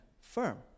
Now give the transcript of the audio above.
firm